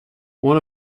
one